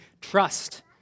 trust